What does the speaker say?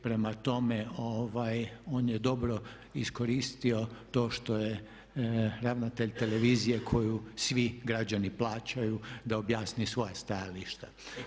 Prema tome on je dobro iskoristio to što je ravnatelj televizije koju svi građani plaćaju da objasni svoja stajališta.